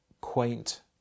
quaint